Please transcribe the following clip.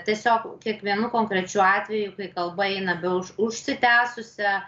tiesiog kiekvienu konkrečiu atveju kai kalba eina be už užsitęsusią